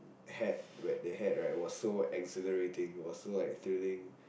had where they had right was so exhilarating was so like thrilling